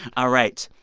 all right.